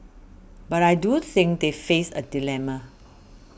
but I do think they face a dilemma